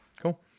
Cool